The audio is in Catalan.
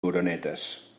oronetes